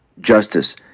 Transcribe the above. justice